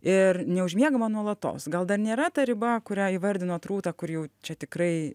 ir neužmiegama nuolatos gal dar nėra ta riba kurią įvardinot rūta kur jau čia tikrai